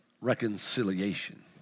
reconciliation